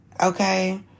okay